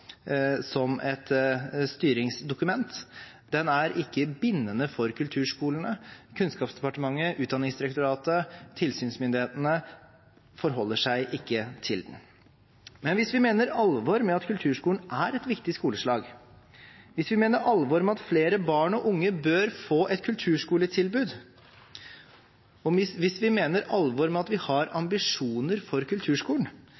som et styringsdokument. Den er ikke bindende for kulturskolene. Kunnskapsdepartementet, Utdanningsdirektoratet eller tilsynsmyndighetene forholder seg ikke til den. Men hvis vi mener alvor med at kulturskolen er et viktig skoleslag, hvis vi mener alvor med at flere barn og unge bør få et kulturskoletilbud, og hvis vi mener alvor med at vi har ambisjoner for kulturskolen,